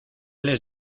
les